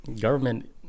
Government